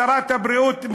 שרת הבריאות,